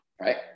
right